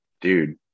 dude